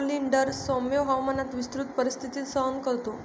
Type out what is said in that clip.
oleander सौम्य हवामानात विस्तृत परिस्थिती सहन करतो